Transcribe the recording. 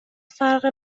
فرق